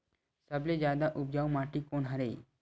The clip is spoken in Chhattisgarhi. सबले जादा उपजाऊ माटी कोन हरे?